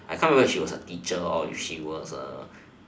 I can't remember she was a teacher or if she was